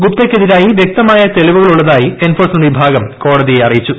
ഗുപ്തയ്ക്കെതിരായി വ്യക്തമായ തെളിവുകൾ ഉള്ളതായി എൻഫോഴ്സ്മെന്റ് വിഭാഗം കോടതിയെ അറിയിച്ചു